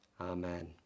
Amen